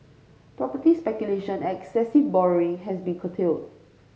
property speculation and excessive borrowing has been curtailed